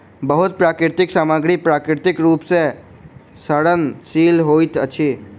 बहुत प्राकृतिक सामग्री प्राकृतिक रूप सॅ सड़नशील होइत अछि